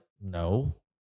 No